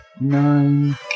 nine